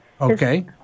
Okay